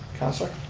councilor.